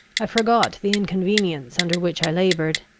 i forgot the inconveniences under which i laboured,